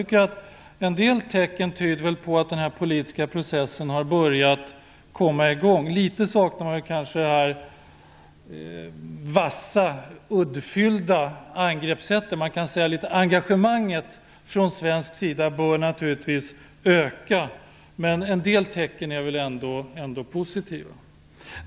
En del tecken tyder väl på att denna politiska process har börjat komma i gång. Litet saknar man kanske det vassa, uddfyllda angreppssättet. Engagemanget från svensk sida bör naturligtvis öka. Men en del tecken är ändå positiva.